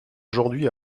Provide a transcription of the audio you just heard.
aujourd’hui